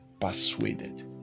persuaded